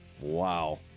Wow